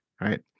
right